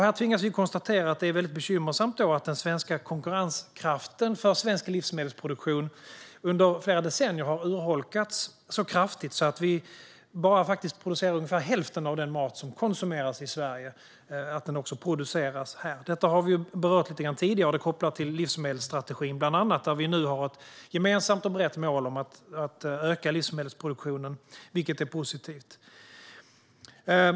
Här tvingas vi konstatera att det är väldigt bekymmersamt att den svenska konkurrenskraften för svensk livsmedelsproduktion under flera decennier har urholkats så kraftigt att vi i Sverige faktiskt bara producerar ungefär hälften av den mat som konsumeras här. Detta har vi berört lite grann tidigare, bland annat kopplat till livsmedelsstrategin. Där har vi nu ett gemensamt och brett mål om att öka livsmedelsproduktionen, vilket är positivt.